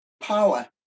power